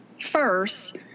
first